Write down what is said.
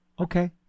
Okay